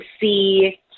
see